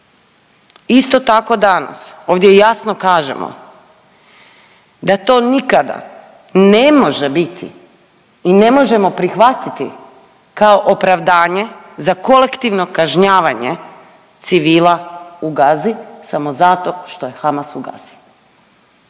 isto tako danas ovdje jasno kažemo da to nikada ne može biti i ne možemo prihvatiti kao opravdanje za kolektivno kažnjavanje civila u Gazi samo zato što je Hamas u Gazi.